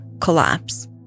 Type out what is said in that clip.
collapse